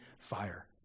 fire